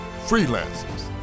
freelancers